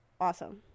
awesome